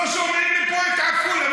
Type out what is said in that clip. שומעים מפה את עפולה.